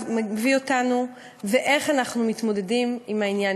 מביא אותנו ואיך אנחנו מתמודדים עם העניין,